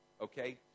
okay